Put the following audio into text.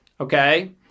okay